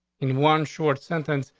in one short sentence,